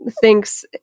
thinks